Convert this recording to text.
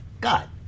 God